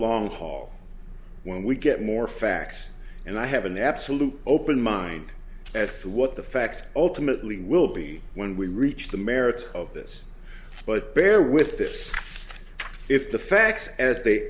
long haul when we get more facts and i have an absolute open mind as to what the facts ultimately will be when we reach the merits of this but bear with this if the facts as they